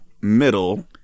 middle